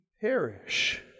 perish